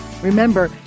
Remember